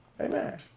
Amen